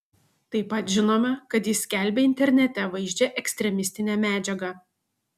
taip pat žinome kad jis skelbė internete vaizdžią ekstremistinę medžiagą